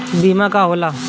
बीमा का होला?